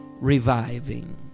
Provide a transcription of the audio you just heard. reviving